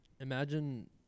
imagine